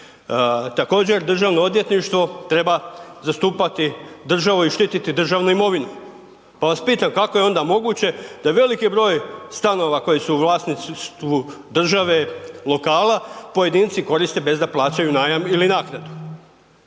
Također državno odvjetništvo treba zastupati državu i štititi državnu imovinu, pa vas pitam kako je onda moguće da veliki broj stanova koji su u vlasništvu države lokala pojedinci koriste bez da plaćaju najam ili naknadu?